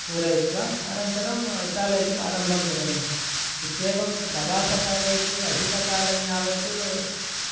पूरयित्वा अनन्तरं चालयितुम् आरम्भं करोमि इत्येवं प्रवासकालेपि अधिककालय्याँवत्